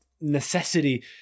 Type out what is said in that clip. necessity